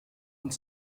und